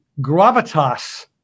gravitas